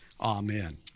Amen